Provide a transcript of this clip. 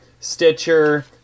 Stitcher